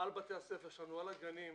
על בתי הספר שלנו, על הגנים.